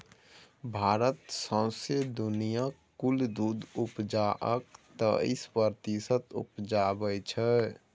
भारत सौंसे दुनियाँक कुल दुधक उपजाक तेइस प्रतिशत उपजाबै छै